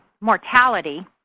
mortality